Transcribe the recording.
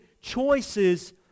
choices